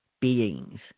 beings